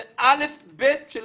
זה דבר ראשון של